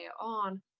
on